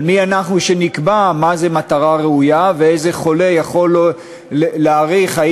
אבל מי אנחנו שנקבע מהי מטרה ראויה ואיזה חולה יכול להעריך אם